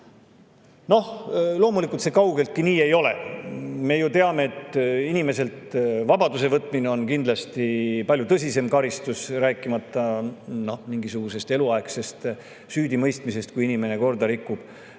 Loomulikult see kaugeltki nii ei ole. Me ju teame, et inimeselt vabaduse võtmine on kindlasti palju tõsisem karistus, rääkimata eluaegsest süüdimõistmisest, kui inimene korda rikub,